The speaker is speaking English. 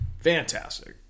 fantastic